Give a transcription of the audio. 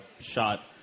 shot